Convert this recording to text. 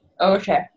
Okay